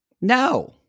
No